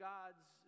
God's